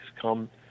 come